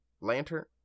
Lantern